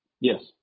Yes